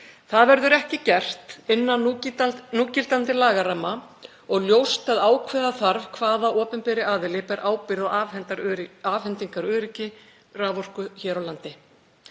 Það verður ekki gert innan núgildandi lagaramma og ljóst að ákveða þarf hvaða opinberi aðili ber ábyrgð á afhendingaröryggi raforku hér á landi.